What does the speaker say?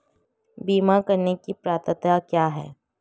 बीमा करने की पात्रता क्या है?